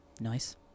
Nice